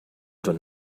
done